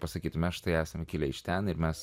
pasakytumėme štai esame kilę iš ten ir mes